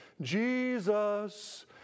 Jesus